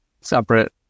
separate